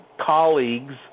Colleagues